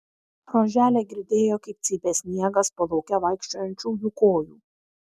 roželė girdėjo kaip cypė sniegas po lauke vaikščiojančiųjų kojų